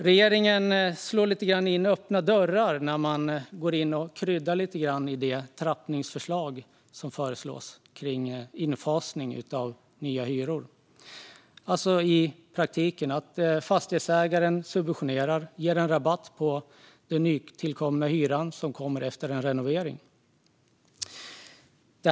Regeringen slår lite grann in öppna dörrar när man går in och kryddar i förslaget kring infasning av nya hyror, vilket i praktiken innebär att fastighetsägaren ger en rabatt på den nya hyran efter en renovering.